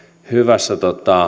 hyvässä